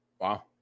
Wow